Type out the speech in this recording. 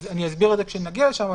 אסביר כשנגיע לשם.